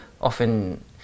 often